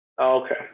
Okay